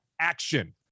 ACTION